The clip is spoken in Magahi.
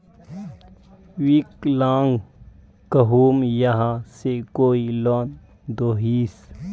विकलांग कहुम यहाँ से कोई लोन दोहिस?